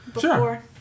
Sure